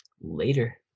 Later